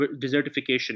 desertification